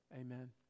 Amen